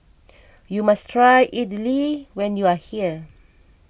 you must try Idili when you are here